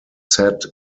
set